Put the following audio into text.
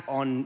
on